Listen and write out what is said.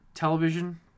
television